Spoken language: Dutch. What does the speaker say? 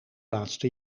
laatste